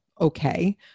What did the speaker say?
okay